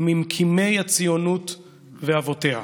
ממקימי הציונות ואבותיה.